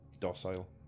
Docile